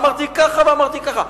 אמרתי ככה ואמרתי ככה,